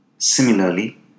Similarly